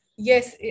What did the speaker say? Yes